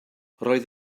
roedd